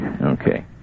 Okay